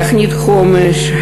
תוכנית חומש.